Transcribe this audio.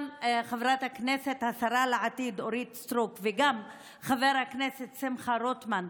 גם חברת הכנסת השרה לעתיד אורית סטרוק וגם חבר הכנסת שמחה רוטמן,